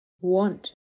Want